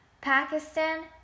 Pakistan